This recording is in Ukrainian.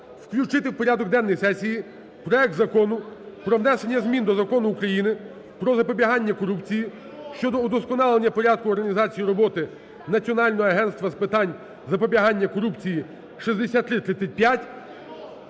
включити в порядок денний сесії проект Закону про внесення змін до Закону України "Про запобігання корупції" щодо удосконалення порядку організації роботи Національного агентства з питань запобігання корупції 6335